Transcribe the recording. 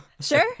sure